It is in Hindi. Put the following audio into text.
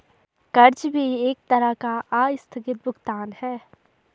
कर्ज भी एक तरह का आस्थगित भुगतान है